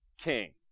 king